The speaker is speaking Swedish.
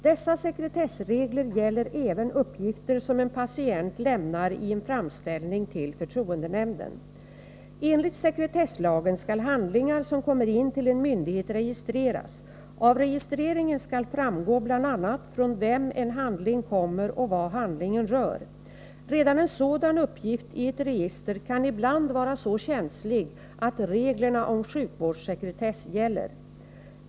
Dessa sekretessregler gäller även uppgifter som en patient lämnar i en framställning till förtroendenämnden. Enligt sekretesslagen skall handlingar som kommer in till en myndighet registreras. Av registreringen skall framgå bl.a. från vem en handling kommer och vad handlingen rör. Redan en sådan uppgift i ett register kan ibland vara så känslig att reglerna om sjukvårdssekretess gäller.